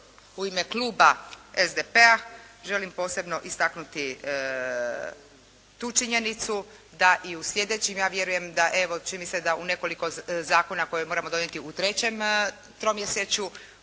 u ime kluba SDP-a želim posebno istaknuti tu činjenicu da i u slijedećim ja vjerujem da, evo čini se da u nekoliko zakona koje moramo donijeti u trećem tromjesečju